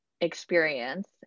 experience